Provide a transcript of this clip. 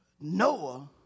Noah